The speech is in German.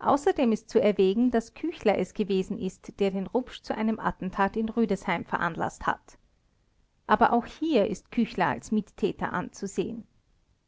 außerdem ist zu erwägen daß küchler es gewesen ist der den rupsch zu dem attentat in rüdesheim veranlaßt hat aber auch hier ist küchler als mittäter anzusehen